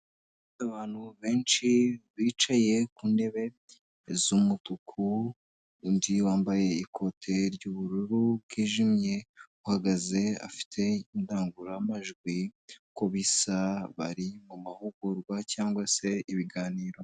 Abantu benshi bicaye ku ntebe z'umutuku, undi wambaye ikote ry'ubururu bwijimye uhagaze afite indangururamajwi, uko bisa bari mu mahugurwa cyangwa se ibiganiro.